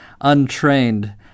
untrained